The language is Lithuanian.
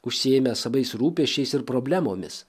užsiėmę savais rūpesčiais ir problemomis